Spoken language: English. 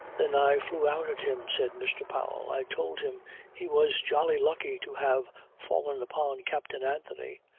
then i flew out at him, said mr. powell. i told him he was jolly lucky to have fallen upon captain anthony.